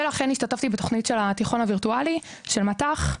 ולכן השתתפתי בתכנית של התיכון הווירטואלי של מטח.